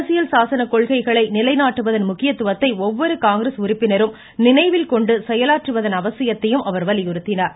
அரசியல் சாசன கொள்கைகளை நிலைநாட்டுவதன் முக்கியத்துவத்தை ஒவ்வொரு காங்கிரஸ் உறுப்பினரும் நினைவில் கொண்டு செயலாற்றுவதன் அவசியத்தை வலியுறுத்தினார்